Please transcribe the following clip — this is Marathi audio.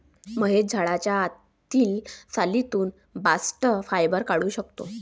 महेश झाडाच्या आतील सालीतून बास्ट फायबर काढून टाकतो